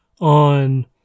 on